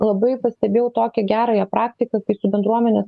labai pastebėjau tokią gerąją praktiką kai su bendruomenės